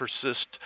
persist